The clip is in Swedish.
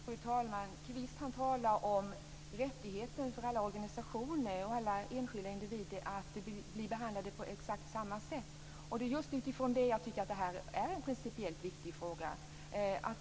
Fru talman! Kvist talar om rättigheter för alla organisationer och alla enskilda individer att bli behandlade på exakt samma sätt. Just utifrån detta tycker jag att det här är en principiellt viktig fråga.